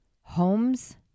homes